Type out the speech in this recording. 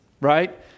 right